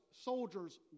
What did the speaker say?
soldiers